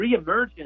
reemergence